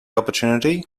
opportunity